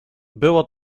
było